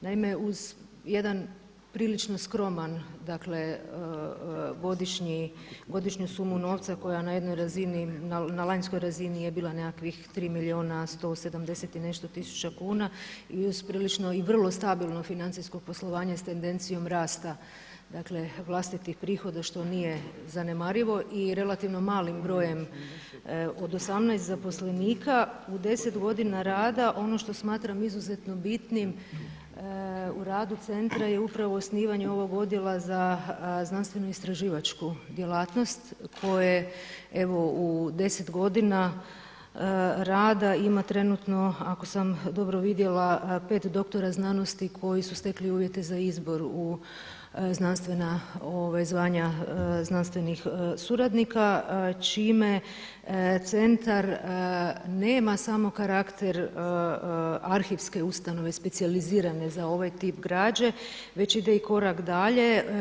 Naime, uz jedan prilično skroman, dakle godišnju sumu novca koja na jednoj razini, na lanjskoj razini je bila nekakvih 3 milijuna 170 i nešto tisuća kuna i uz prilično i vrlo stabilno financijsko poslovanje s tendencijom rasta, dakle vlastitih prihoda što nije zanemarivo i relativno malim brojem od 18 zaposlenika u 10 godina rada ono što smatram izuzetno bitnim u radu centra je upravo osnivanje ovog odjela za znanstveno-istraživačku djelatnost koje evo u 10 godina rada ima trenutno ako sam dobro vidjela 5 doktora znanosti koji su stekli uvjete za izbor u znanstvena zvanja znanstvenih suradnika čime centar nema samo karakter arhivske ustanove specijalizirane za ovaj tip građe već ide i korak dalje.